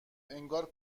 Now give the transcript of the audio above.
انگار